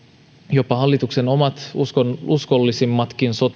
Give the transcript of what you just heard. jopa hallituksen omat uskollisimmatkin